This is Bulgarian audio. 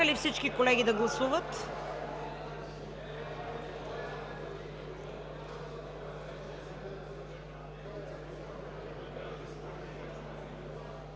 Много